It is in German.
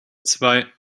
zwei